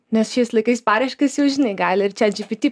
nes šiais laikais paraiškas jau žinai gali ir čiat dži bi ty